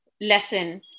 lesson